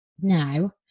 now